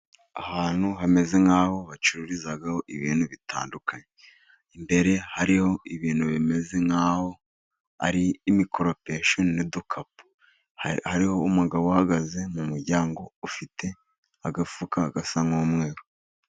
Ahantu hameze nk'aho bacururizaho ibintu bitandukanye, imbere hariho ibintu bimeze nk'aho ari imikoropesho n'udukapu, hariho umugabo uhagaze mu muryango ufite agafuka gasa nk'umweru.